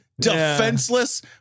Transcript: Defenseless